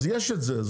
אז יש את זה?